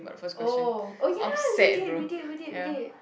oh oh ya we did we did we did we did